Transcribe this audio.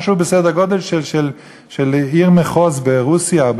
משהו בסדר גודל של עיר מחוז ברוסיה,